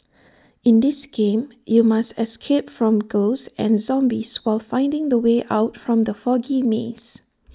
in this game you must escape from ghosts and zombies while finding the way out from the foggy maze